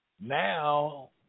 Now